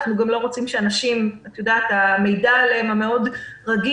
אנחנו גם לא רוצים שהמידע המאוד רגיש